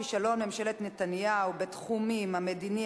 כישלון ממשלת נתניהו בתחומים המדיני,